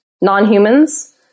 non-humans